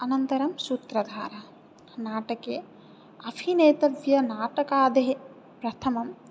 अनन्तरं सूत्रधारः नाटके अभिनेतव्यनाटकादेः प्रथमं